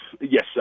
yes